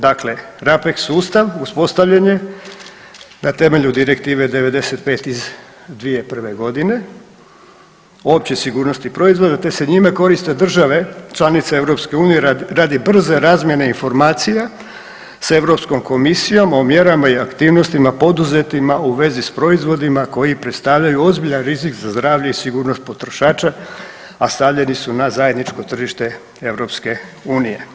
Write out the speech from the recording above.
Dakle, RAPEX sustav uspostavljen je na temelju direktive 95. iz 2001. godine Opće sigurnosti proizvoda te se njime koriste države članice EU radi brze razmjene informacija sa Europskom komisijom o mjerama i aktivnostima poduzetima u vezi s proizvodima koji predstavljaju ozbiljan rizik za zdravlje i sigurnost potrošača a stavljeni su na zajedničko tržište EU.